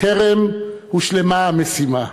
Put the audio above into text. טרם הושלמה המשימה,